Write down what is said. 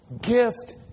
gift